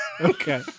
Okay